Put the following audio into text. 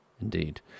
indeed